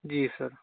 ਜੀ ਸਰ